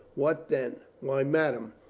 what then? why, madame,